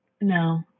No